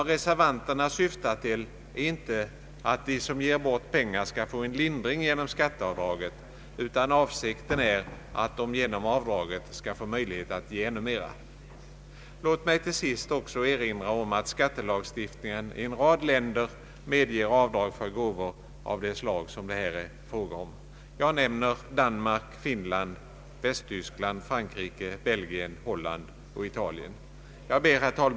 Reservanterna syftar inte till att de som ger bort pengar skall få en lindring genom skatteavdraget, utan avsikten är att de genom avdraget skall få möjlighet att ge ännu mer. Låt mig till sist också erinra om att skattelagstiftningen i en rad länder medger avdrag för gåvor av det slag det här är fråga om. Jag nämner Danmark, Finland, Västtyskland, Frankrike, Belgien, Holland och Italien. Herr talman!